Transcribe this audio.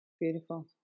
Beautiful